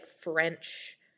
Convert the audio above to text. french